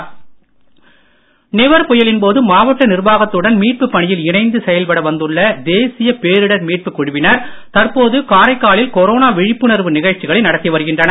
காரைக்கால் நிவர் புயலின்போது மாவட்ட நிர்வாகத்துடன் மீட்பு பணியில் இணைந்து செயல்பட வந்துள்ள தேசிய பேரிடர் மீட்பு குழுவினர் தற்போது காரைக்காலில் கொரோனா விழிப்புணர்வு நிகழ்ச்சிகளை நடத்தி வருகின்றனர்